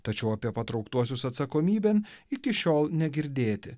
tačiau apie patrauktuosius atsakomybėn iki šiol negirdėti